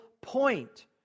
point